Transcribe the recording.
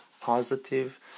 positive